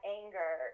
anger